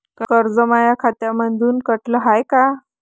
कर्ज माया खात्यामंधून कटलं हाय का?